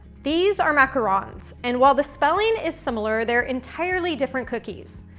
these are macarons and, while the spelling is similar, they're entirely different cookies.